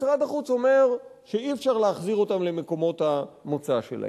משרד החוץ אומר שאי-אפשר להחזיר אותם למקומות המוצא שלהם.